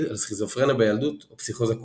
על סכיזופרניה בילדות או פסיכוזה כלשהי.